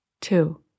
Two